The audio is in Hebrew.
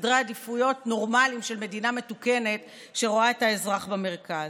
בסדרי עדיפויות נורמליים של מדינה מתוקנת שרואה את האזרח במרכז.